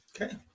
okay